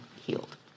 healed